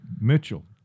Mitchell